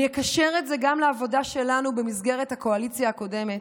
אני אקשר את זה גם לעבודה שלנו במסגרת הקואליציה הקודמת.